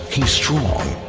he's strong.